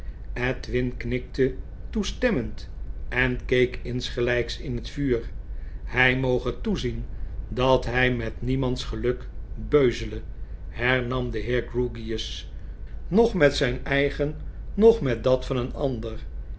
edwin knikte toestemmend en keek insgelyks in het vuur hy moge toezien dat hij met niemands geluk beuzete hernam de heer grewgious noch met zyn eigen noch met dat van een ander